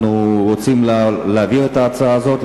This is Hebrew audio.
אנחנו רוצים להעביר את ההצעה הזאת,